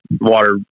water